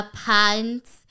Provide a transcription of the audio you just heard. pants